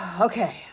Okay